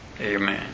Amen